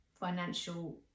financial